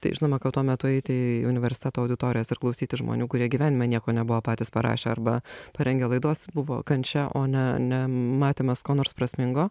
tai žinoma kad tuo metu eiti į universiteto auditorijas ir klausyti žmonių kurie gyvenime nieko nebuvo patys parašę arba parengę laidos buvo kančia o ne ne matymas ko nors prasmingo